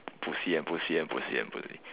pussy and pussy and pussy and pussy